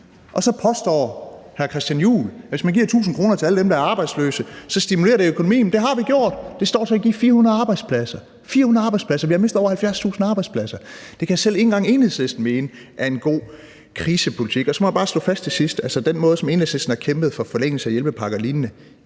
Juhl, at hvis man giver 1.000 kr. til alle dem, der er arbejdsløse, så stimulerer det økonomien. Det har vi gjort. Det står til at give 400 arbejdspladser – 400 arbejdspladser. Vi har mistet over 70.000 arbejdspladser. Det kan selv ikke engang Enhedslisten mene er en god krisepolitik. Og så må jeg bare slå fast til sidst, at den måde, Enhedslisten har kæmpet for forlængelse af hjælpepakker og lignende